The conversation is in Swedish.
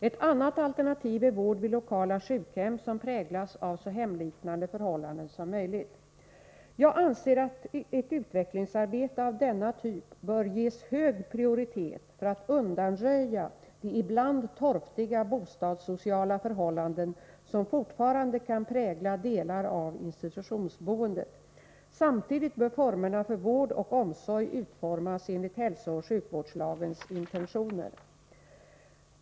Ett annat alternativ är vård vid lokala sjukhem som präglas av så hemliknande förhållanden som möjligt. Jag anser att ett utvecklingsarbete av denna typ bör ges hög prioritet för att undanröja de ibland torftiga bostadssociala förhållanden som fortfarande kan prägla delar av institutionsboendet. Samtidigt bör formerna för vård och omsorg utformas enligt hälsooch sjukvårdslagens intentioner.